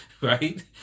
right